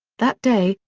that day,